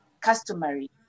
customary